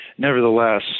Nevertheless